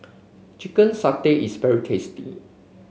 Chicken Satay is very tasty